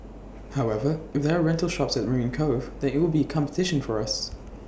however if there are rental shops at marine Cove then IT would be competition for us